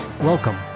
Welcome